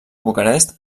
bucarest